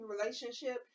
relationship